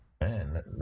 Man